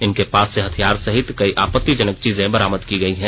इनके पास से हथियार सहित कई आपत्तिजनक चीजें बरामद की गई हैं